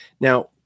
Now